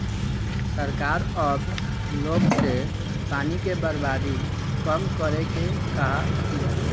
सरकार अब लोग से पानी के बर्बादी कम करे के कहा तिया